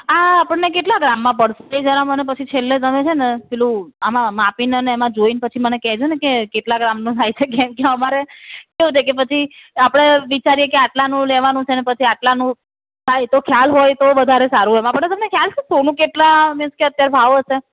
આ આપણને કેટલા ગ્રામમાં પડશે એ જરા મને પછી છેલ્લે તમે છેને પેલું આમાં માપીને ને એમાં જોઈને પછી મને કહેજો ને કે કેટલા ગ્રામનું થાય છે કેમકે અમારે કેવું છે કે પછી આપણે વિચારીએ કે આટલાનું લેવાનું છેને પછી આટલાનું થાય તો ખ્યાલ હોય તો વધારે સારું એમાં પણ તમને ખ્યાલ છે કે સોનું કેટલાં મીન્સ કે અત્યારે ભાવ હશે